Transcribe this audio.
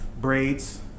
braids